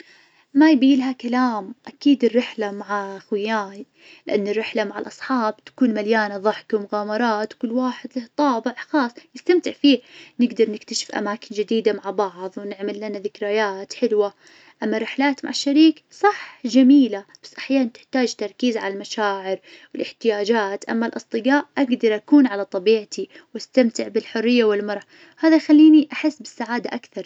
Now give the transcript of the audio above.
ما يبي لها كلام أكيد الرحلة مع خوياي، لأن الرحلة مع الأصحاب تكون مليانة ظحك ومغامرات، كل واحد له طابع خاص يستمتع فيه، نقدر نكتشف أماكن جديدة مع بعض ونعمل لنا ذكريات حلوة. أما الرحلات مع الشريك صح جميلة بس أحيانا تحتاج تركيز على المشاعر والإحتياجات. أما الأصدقاء أقدر أكون على طبيعتي واستمتع بالحرية والمرح، هذا يخليني أحس بالسعادة أكثر.